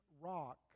rock